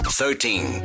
thirteen